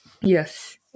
Yes